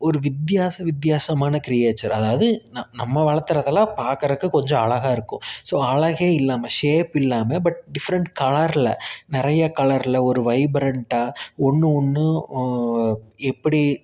ஒரு வித்தியாச வித்தியாசமான க்ரியேச்சர் அதாவது ந நம்ம வளர்த்துறதெல்லாம் பார்க்கறக்கு கொஞ்சம் அழகாக இருக்கும் ஸோ அழகே இல்லாமல் ஷேப் இல்லாமல் பட் டிஃப்ரெண்ட் கலரில் நிறைய கலரில் ஒரு வைப்ரன்ட்டாக ஒன்று ஒன்றும் எப்படி